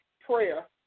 prayer